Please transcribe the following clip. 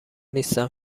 نیستم